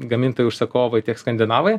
gamintojai užsakovai tiek skandinavai